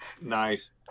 Nice